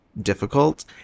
difficult